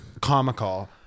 comical